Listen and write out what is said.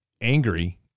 angry